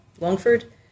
Longford